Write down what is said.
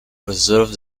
preserved